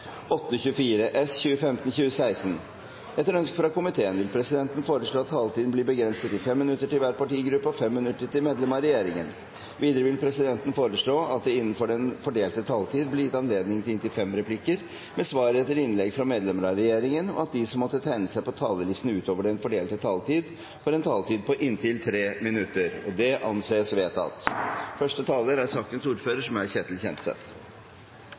vil presidenten foreslå at taletiden blir begrenset til 5 minutter til hver partigruppe og 5 minutter til medlem av regjeringen. Videre vil presidenten foreslå at det blir gitt anledning til fem replikker med svar etter innlegg fra medlem av regjeringen innenfor den fordelte taletid, og at de som måtte tegne seg på talerlisten utover den fordelte taletid, får en taletid på inntil 3 minutter. – Det anses vedtatt.